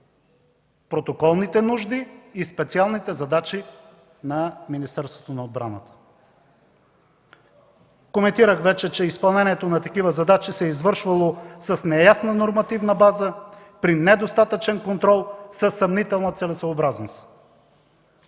протоколните нужди и специалните задачи на Министерството на отбраната. Коментирах вече, че изпълнението на такива задачи се е извършвало с неясна нормативна база, при недостатъчен контрол, със съмнителна целесъобразност.